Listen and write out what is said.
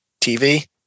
TV